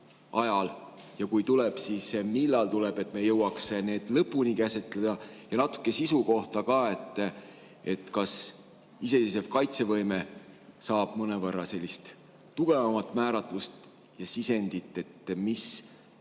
ajal ja kui tuleb, siis millal tuleb, et me jõuaks need lõpuni käsitleda? Ja natuke sisu kohta ka: kas iseseisev kaitsevõime saab mõnevõrra sellist tugevamat määratlust ja sisendit ning mis